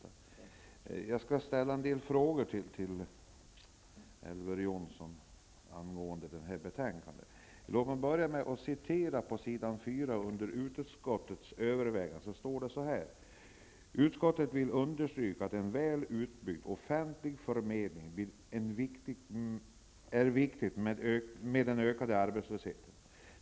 Jag tänker ställa en del frågor till Elver Jonsson angående detta betänkande. Jag börjar med att citera ur betänkandet under rubriken Utskottets överväganden: ''Utskottet vill understryka att en väl utbyggd offentlig förmedling blir än viktigare med ökande arbetslöshet.